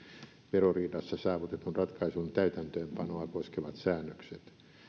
veroriidassa saavutetun ratkaisun täytäntöönpanoa koskevat säännökset nämä